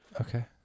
Okay